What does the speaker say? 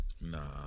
Nah